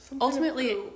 ultimately